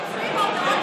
זה חלק מהתקציב.